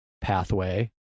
pathway